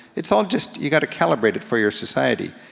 it's all just, you gotta calibrate it for your society.